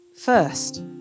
first